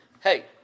Hey